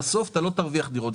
ובסוף אתה לא תרוויח דירות.